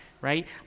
right